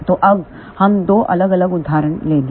तो अब हम दो अलग अलग उदाहरण लेंगे